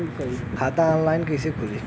खाता ऑनलाइन कइसे खुली?